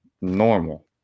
normal